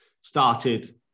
started